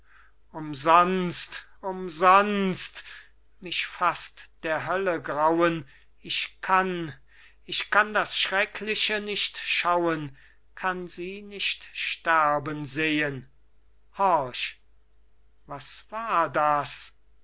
umsonst umsonst mich faßt der hölle grauen ich kann ich kann das schreckliche nicht schauen kann sie nicht sterben sehen horch was war das